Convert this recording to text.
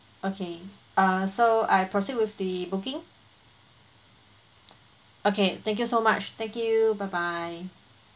okay uh so I proceed with the booking okay thank you so much thank you bye bye